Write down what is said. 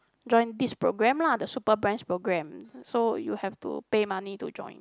join this program lah the super brands program so you have to pay money to join